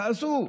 תעשו.